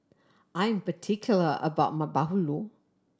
I'm particular about my bahulu